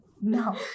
No